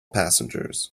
passengers